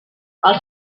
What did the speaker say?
els